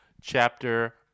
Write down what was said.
Chapter